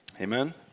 Amen